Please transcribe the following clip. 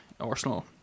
Arsenal